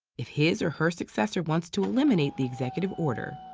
if his or her successor wants to eliminate the executive order,